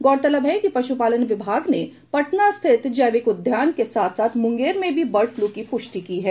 गौरतलब है कि पशुपालन विभाग ने पटना स्थित जैविक उद्यान के साथ साथ मूंगेर में भी बर्ड फ्लू की पूष्टि की है